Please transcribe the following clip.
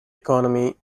economy